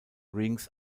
rings